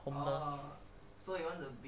homeless